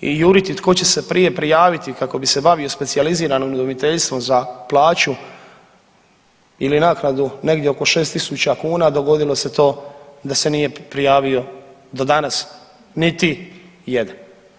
i juriti tko će se prije prijaviti kako bi se bavio specijaliziranim udomiteljstvom za plaću ili naknadu negdje oko 6.000 kuna, dogodilo se to da se nije prijavio do danas niti jedan.